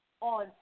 on